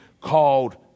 called